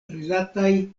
rilataj